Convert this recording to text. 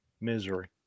misery